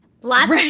lots